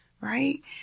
right